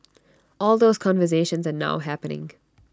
all those conversations are now happening